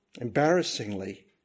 embarrassingly